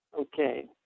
Okay